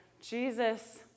Jesus